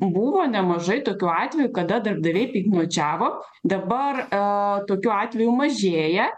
buvo nemažai tokių atvejų kada darbdaviai piktnaudžiavo dabar e tokių atvejų mažėja